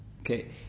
Okay